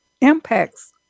impacts